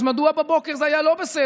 אז מדוע בבוקר זה היה לא בסדר?